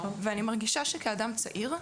ואני מרגישה שכאדם צעיר,